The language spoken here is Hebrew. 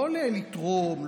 לא לתרום,